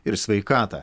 ir sveikatą